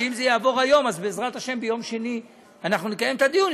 שאם זה יעבור היום אז בעזרת השם ביום שני נקיים את הדיון,